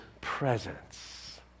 presence